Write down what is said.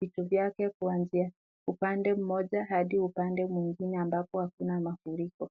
vitu vyake kwa njia upande moja hadi upande mwingine ambapo hakuna mafuriko.